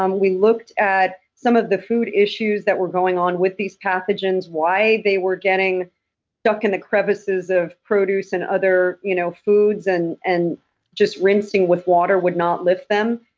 um we looked at some of the food issues that were going on with these pathogens, why they were getting stuck in the crevices of produce and other you know foods. and and just rinsing with water would not lift them.